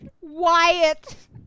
Wyatt